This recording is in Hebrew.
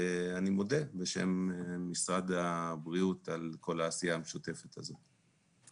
אני מודה בשם משרד הבריאות על כל העשייה המשותפת הזאת.